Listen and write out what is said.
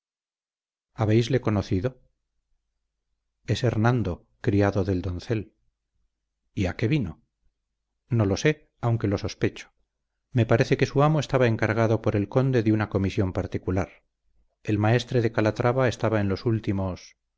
hora habéisle conocido es hernando criado del doncel y a qué vino no lo sé aunque lo sospecho me parece que su amo estaba encargado por el conde de una comisión particular el maestre de calatrava estaba en los últimos